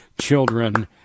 children